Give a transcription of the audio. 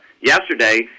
yesterday